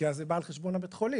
כי אז זה בא על חשבון בית החולים.